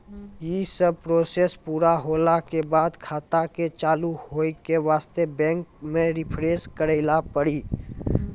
यी सब प्रोसेस पुरा होला के बाद खाता के चालू हो के वास्ते बैंक मे रिफ्रेश करैला पड़ी?